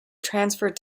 transferred